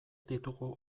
ditugu